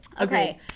Okay